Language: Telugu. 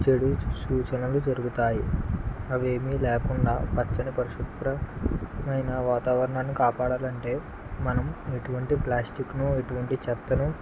చెడు సూచనలు జరుగుతాయి అవేమి లేకుండా పచ్చని పరిశుభ్రమైన వాతావరణాన్ని కాపాడాలంటే మనం ఎటువంటి ప్లాస్టిక్ను ఎటువంటి చెత్తను